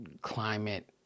climate